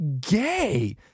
gay